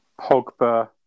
Pogba